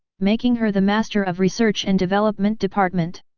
making her the master of research and development department.